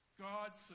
God's